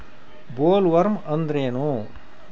Bollworm ಅಂದ್ರೇನು?